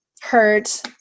hurt